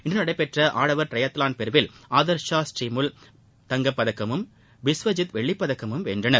இன்று நடைபெற்ற ஆடவா் ட்டிரையத்லான் பிரிவில் ஆதா்ஷா ஸ்ரீனிமூல் தங்கப்பதக்கமும் பிஷ்வஜித் வெள்ளிப்பதக்கமும் வென்றனர்